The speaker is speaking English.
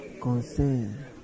concern